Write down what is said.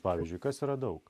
pavyzdžiui kas yra daug